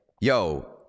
yo